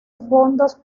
fondos